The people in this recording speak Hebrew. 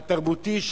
התרבותי,